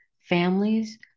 families